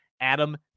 Adam